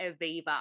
Aviva